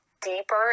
deeper